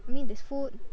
I mean there's food